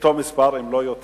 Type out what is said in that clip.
אותו מספר, אם לא יותר,